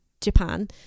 Japan